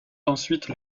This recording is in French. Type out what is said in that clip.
ensuite